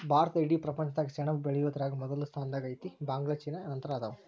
ಭಾರತಾ ಇಡೇ ಪ್ರಪಂಚದಾಗ ಸೆಣಬ ಬೆಳಿಯುದರಾಗ ಮೊದಲ ಸ್ಥಾನದಾಗ ಐತಿ, ಬಾಂಗ್ಲಾ ಚೇನಾ ನಂತರ ಅದಾವ